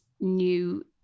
new